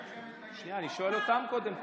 אני שואל אותם קודם כול.